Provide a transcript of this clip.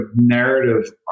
narrative